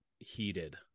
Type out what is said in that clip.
Heated